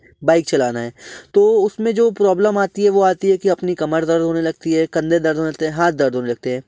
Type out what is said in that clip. bike चलाना है तो उसमें जो प्रॉब्लम आती है वो आती है कि अपनी कमर दर्द होने लगती है कंधे दर्द होने लगते हैं हाथ दर्द होने लगते हैं